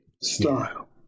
style